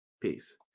Peace